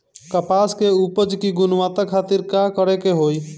कपास के उपज की गुणवत्ता खातिर का करेके होई?